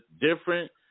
different